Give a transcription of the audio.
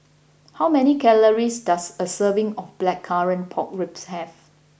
how many calories does a serving of Blackcurrant Pork Ribs have